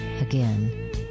again